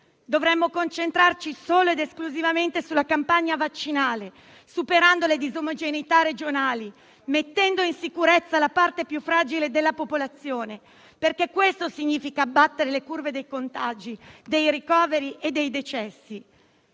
dovremmo concentrarci solo ed esclusivamente sulla campagna vaccinale, superando le disomogeneità regionali; mettendo in sicurezza la parte più fragile della popolazione, perché questo significa abbattere le curve dei contagi, dei ricoveri e dei decessi.